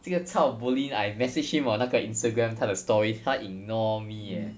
这个 chao bolin I message him on 那个 instagram 他的 story 他 ignore me eh